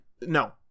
no